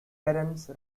terence